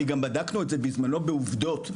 גם בדקנו את זה בזמנו בעובדות.